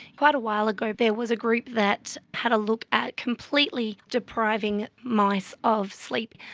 quite a while ago there was a group that had a look at completely depriving mice of sleep.